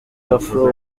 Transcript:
afro